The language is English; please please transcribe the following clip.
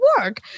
work